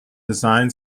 design